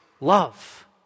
love